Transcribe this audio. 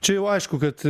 čia jau aišku kad